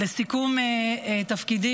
לסיכום תפקידי